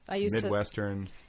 Midwestern